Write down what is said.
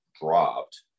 dropped